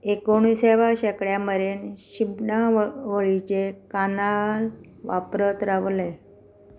एकुणिसाव्या शेंकड्या मेरेन शिंपणावळीचे कानाल वापरत रावले